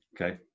Okay